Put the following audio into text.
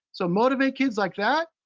so motivate kids like that,